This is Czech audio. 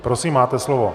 Prosím, máte slovo.